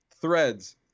Threads